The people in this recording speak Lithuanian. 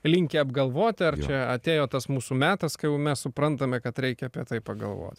linkę apgalvoti ar čia atėjo tas mūsų metas kai jau mes suprantame kad reikia apie tai pagalvot